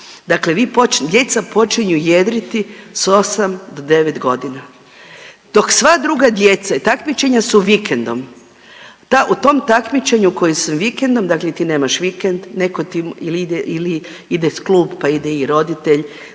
Dakle, vi, djeca počinju jedriti s 8 do 9 godina, dok sva druga djeca i takmičenja su vikendom. U tom takmičenju koja su vikendom, dakle ti nema vikend, netko ti ili ide klub pa ide i roditelj,